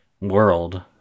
world